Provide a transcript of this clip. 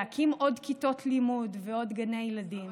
להקים עוד כיתות לימוד ועוד גני ילדים.